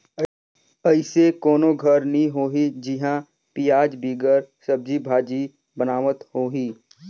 अइसे कोनो घर नी होही जिहां पियाज बिगर सब्जी भाजी बनावत होहीं